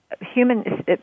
human